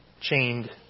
chained